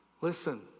Listen